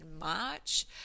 March